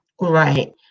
Right